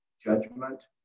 judgment